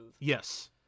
Yes